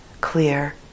clear